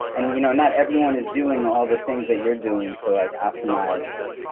and you know, not everyone is doing all the things that you're doing to optimize,